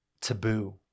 taboo